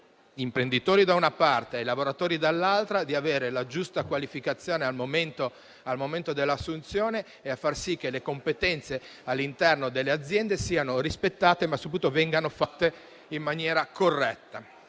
imprenditori, da una parte, e ai lavoratori, dall'altra, di avere la giusta qualificazione al momento dell'assunzione e a far sì che le competenze all'interno delle aziende siano rispettate, ma da subito e in maniera corretta.